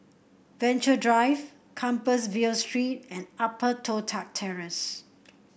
Venture Drive Compassvale Street and Upper Toh Tuck Terrace